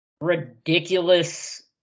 ridiculous